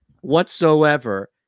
whatsoever